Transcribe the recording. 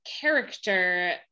character